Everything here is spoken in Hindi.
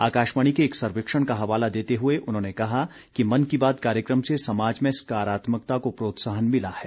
आकाशवाणी के एक सर्वेक्षण का हवाला देते हुए उन्होंने कहा कि मन की बात कार्यक्रम से समाज में सकारात्मकता को प्रोत्साहन मिला है